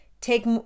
take